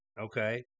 okay